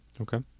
okay